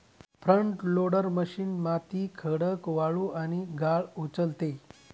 front loader machine माती, खडक, वाळू आणि गाळ उचलते